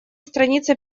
страница